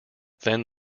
then